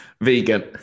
Vegan